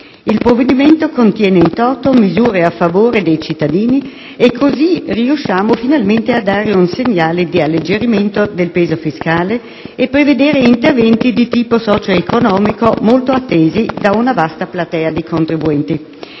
Il provvedimento contiene *in* *toto* misure a favore dei cittadini tali da riuscire finalmente a dare un segnale di alleggerimento del peso fiscale e prevedere interventi di tipo socio-economico molto attesi da una vasta platea di contribuenti.